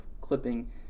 clipping